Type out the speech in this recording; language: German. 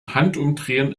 handumdrehen